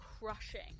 crushing